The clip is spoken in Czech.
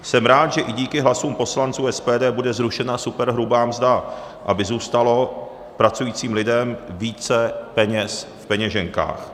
Jsem rád, že i díky hlasům poslanců SPD bude zrušena superhrubá mzda, aby zůstalo pracujícím lidem více peněz v peněženkách.